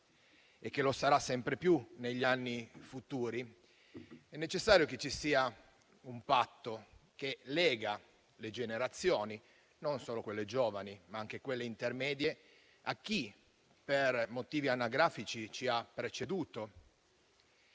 e che lo sarà sempre più negli anni futuri. È necessario che ci sia un patto che leghi le generazioni, non solo quelle giovani, ma anche quelle intermedie, a chi per motivi anagrafici ci ha preceduto.